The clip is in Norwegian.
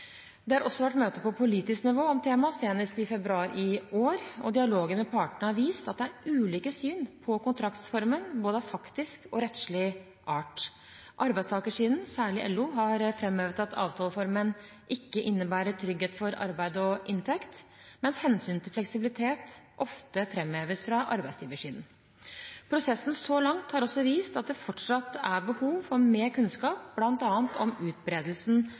Det har også vært møte på politisk nivå om temaet, senest i februar i år. Dialogen med partene har vist at det er ulike syn på kontraktsformen, både av faktisk og rettslig art. Arbeidstakersiden, særlig LO, har framhevet at avtaleformen ikke innebærer trygghet for arbeid og inntekt, mens hensynet til fleksibilitet ofte framheves fra arbeidsgiversiden. Prosessen så langt har også vist at det fortsatt er behov for mer kunnskap, bl.a. om utbredelsen